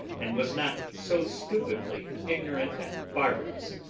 and was not so stupidly ignorant and barbarous